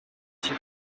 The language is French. pitié